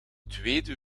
tweede